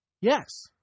yes